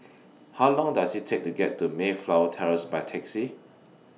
How Long Does IT Take to get to Mayflower Terrace By Taxi